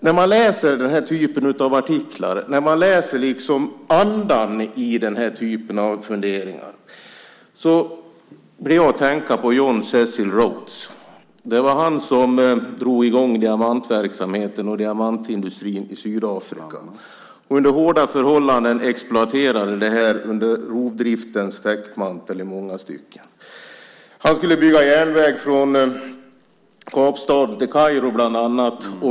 När man läser den här typen av artiklar och tar del av andan i den här typen av funderingar tänker jag på John Cecil Rhodes. Det var han som drog i gång diamantverksamheten och diamantindustrin i Sydafrika. Under hårda förhållanden exploaterades det, i många stycken under rovdriftens täckmantel. Han skulle bygga järnväg från Kapstaden till Kairo bland annat.